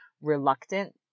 reluctant